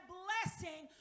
blessing